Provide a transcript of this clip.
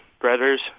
brothers